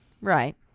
Right